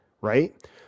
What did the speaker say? right